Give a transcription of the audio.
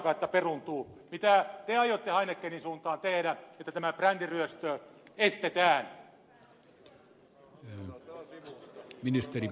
mitä te aiotte heinekenin suuntaan tehdä että tämä brändiryöstö estetään